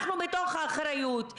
אנחנו מתוך אחריות,